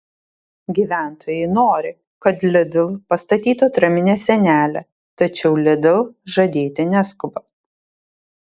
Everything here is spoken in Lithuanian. gyventojai nori kad lidl pastatytų atraminę sienelę tačiau lidl žadėti neskuba